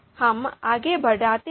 हमें आगे बढ़ाते हैं